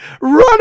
run